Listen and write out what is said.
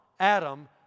Adam